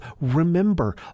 remember